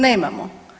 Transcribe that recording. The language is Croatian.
Nemamo.